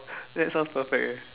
that sounds perfect eh